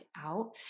out